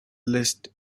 list